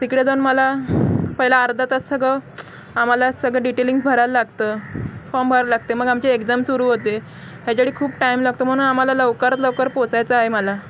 तिकडे दोन मला पहिला अर्धा तास सगळं आम्हाला सगळं डिटेलिंग्स भरायला लागतं फॉर्म भरावे लागते मग आमचे एक्झाम सुरू होते ह्याच्या खूप टाईम लागतं म्हणून आम्हाला लवकरात लवकर पोहोचायचं आहे मला